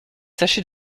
sachets